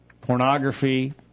pornography